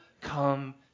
come